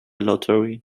lottery